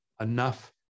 enough